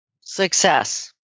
Success